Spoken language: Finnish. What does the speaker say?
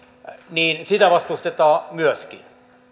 niin sitä vastustetaan myöskin